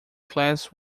glass